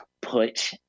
put